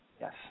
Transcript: Yes